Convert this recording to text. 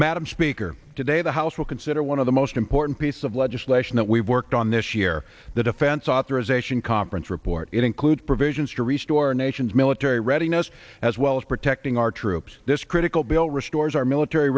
madam speaker today the house will consider one of the most important piece of legislation that we worked on this year the defense authorization conference report include provisions to restore our nation's military readiness as well as protecting our troops this critical bill restores our military